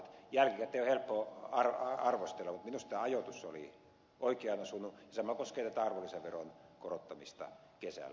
jälkikäteen on helppo arvostella mutta minusta ajoitus oli oikeaan osunut ja sama koskee tätä arvonlisäveron korottamista kesällä